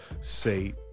Say